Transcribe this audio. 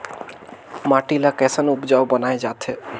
माटी ला कैसन उपजाऊ बनाय जाथे?